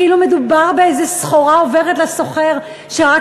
כאילו מדובר באיזו סחורה עוברת לסוחר שרק